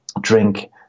drink